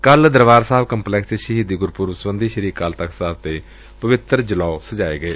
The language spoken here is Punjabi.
ਕੱਲ੍ਫ ਦਰਬਾਰ ਸਾਹਿਬ ਕੰਪਲੈਕਸ ਚ ਸ਼ਹੀਦੀ ਗੁਰਪੁਰਬ ਸਬੰਧੀ ਸ੍ਰੀ ਅਕਾਲ ਤਖ਼ਤ ਸਾਹਿਬ ਤੇ ਪਵਿੱਤਰ ਜਲੌਅ ਸਜਾਏ ਗਏ